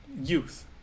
youth